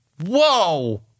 Whoa